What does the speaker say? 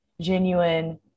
genuine